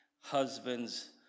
husbands